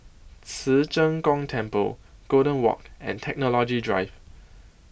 Ci Zheng Gong Temple Golden Walk and Technology Drive